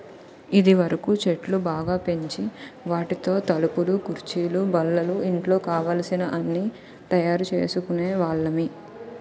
ఇదివరకు చెట్లు బాగా పెంచి వాటితో తలుపులు కుర్చీలు బల్లలు ఇంట్లో కావలసిన అన్నీ తయారు చేసుకునే వాళ్ళమి